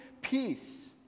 peace